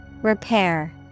Repair